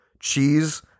Cheese